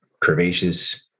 curvaceous